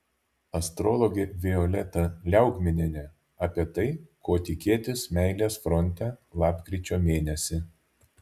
astrologė violeta liaugminienė apie tai ko tikėtis meilės fronte lapkričio mėnesį